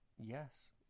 Yes